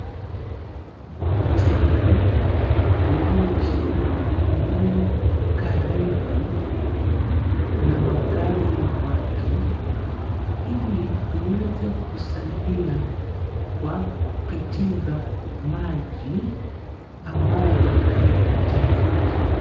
Mtaro uliochimbwa eneo karibu na makaazi ya watu, ili uweze kusaidia kwa kupitiza maji ambayo hayaitajiki.